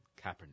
Kaepernick